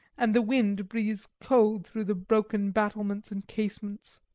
and the wind breathes cold through the broken battlements and casements.